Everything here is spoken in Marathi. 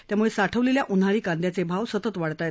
त्याम्ळे साठवलेल्या उन्हाळी कांदयाचे भाव सतत वाढत आहेत